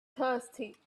thirsty